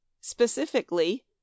Specifically